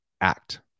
act